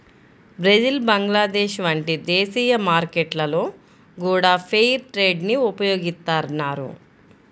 Brazil Bangladesh వంటి దేశీయ మార్కెట్లలో గూడా ఫెయిర్ ట్రేడ్ ని ఉపయోగిత్తన్నారు